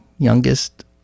youngest